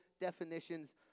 definitions